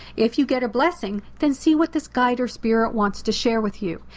if you get a blessing, then see what this guide or spirit wants to share with you.